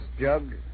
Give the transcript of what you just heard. jug